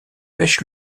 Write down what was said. pêche